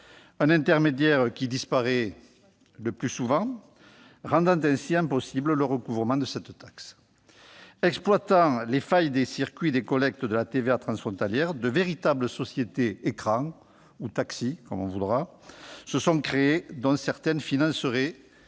un intermédiaire qui disparaît le plus souvent, rendant ainsi impossible le recouvrement de cette taxe. Exploitant les failles des circuits de collecte de la TVA transfrontalière, de véritables sociétés-écrans, encore appelées « sociétés taxis », se sont créées, dont certaines financeraient